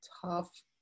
tough